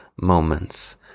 moments